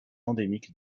endémique